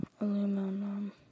Aluminum